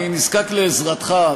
אני נזקק לעזרתך,